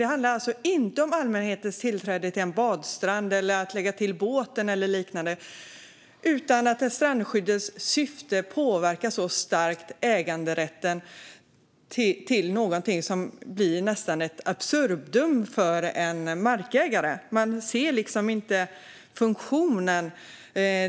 Det handlar alltså inte om allmänhetens tillträde till en badstrand eller att kunna lägga till med båten, utan det handlar om att strandskyddets syfte påverkar äganderätten nästan in absurdum för en markägare. Man ser liksom inte funktionen.